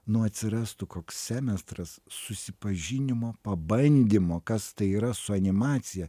nu atsirastų koks semestras susipažinimo pabandymo kas tai yra su animacija